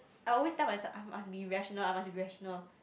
I always tell myself I must be rational I must be rational